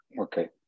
Okay